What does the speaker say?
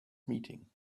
meeting